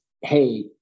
hey